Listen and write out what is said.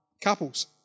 couples